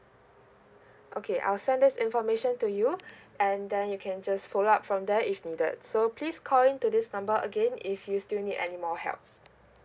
okay I'll send this information to you and then you can just follow up from there if needed so please call into this number again if you still need any more help